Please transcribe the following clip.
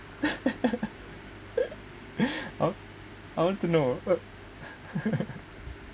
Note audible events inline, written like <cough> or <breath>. <laughs> <breath> I want I want to know what